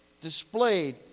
displayed